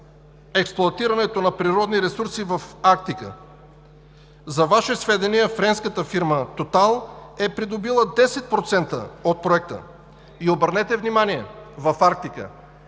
експлоатирането на природни ресурси в Арктика. За Ваше сведение, френската фирма „Тотал“ е придобила 10% от проекта. И обърнете внимание, че френски